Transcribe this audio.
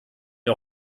wir